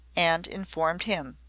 and informed him.